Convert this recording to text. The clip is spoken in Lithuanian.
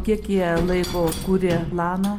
kiek jie laiko kūrė planą